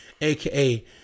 aka